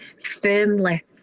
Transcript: firmly